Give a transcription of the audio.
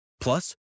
Plus